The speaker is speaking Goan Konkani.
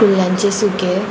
कुल्ल्यांचें सुकें